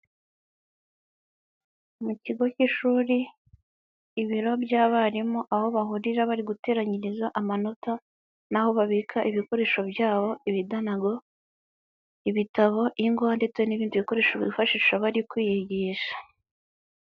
Mu kigo cy'ishuri, ibiro by'abarimu aho bahurira bari guteranyiriza amanota, n'aho babika ibikoresho byabo; ibidanago, ibitabo, ingwa ndetse n'indi bikoresho bifashisha bari kwiyigisha.